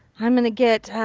i'm going to get a,